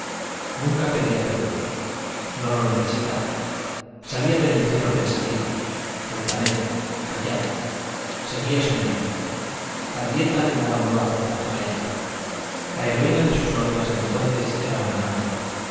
nunca pedía perdón no lo necesitaba salía del encierro pensativa altanera callada seguía soñando la dieta le daba nueva fuerza para ello la heroína de sus novelas de entonces era una madre